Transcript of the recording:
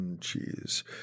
cheese